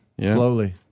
Slowly